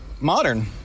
modern